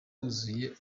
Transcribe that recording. buzuye